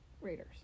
Raiders